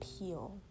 appeal